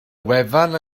wefan